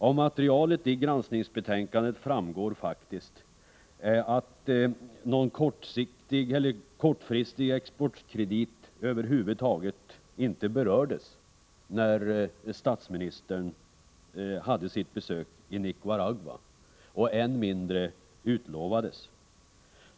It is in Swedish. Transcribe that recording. Av materialet i granskningsbetänkandet framgår faktiskt att någon kortfristig exportkredit över huvud taget inte berördes när statsministern gjorde sitt besök i Nicaragua, och än mindre utlovades.